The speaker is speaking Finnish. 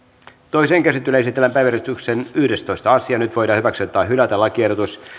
toiseen käsittelyyn esitellään päiväjärjestyksen yhdestoista asia nyt voidaan hyväksyä tai hylätä lakiehdotus